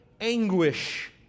anguish